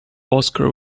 oscar